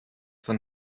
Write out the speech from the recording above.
von